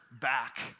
back